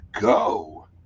go